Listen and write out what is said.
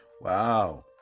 Wow